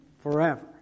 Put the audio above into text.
forever